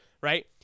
right